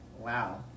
Wow